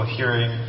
hearing